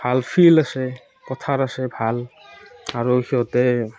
ভাল ফিল্ড আছে পথাৰ আছে ভাল আৰু সিহঁতে